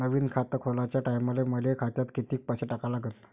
नवीन खात खोलाच्या टायमाले मले खात्यात कितीक पैसे टाका लागन?